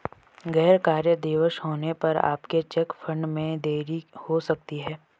गैर कार्य दिवस होने पर आपके चेक फंड में देरी हो सकती है